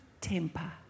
temper